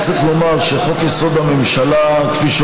צריך גם לומר שחוק-יסוד: הממשלה כפי שהוא